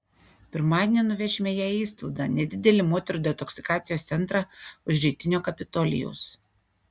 pirmadienį nuvešime ją į istvudą nedidelį moterų detoksikacijos centrą už rytinio kapitolijaus